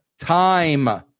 time